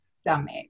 stomach